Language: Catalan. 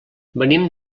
venim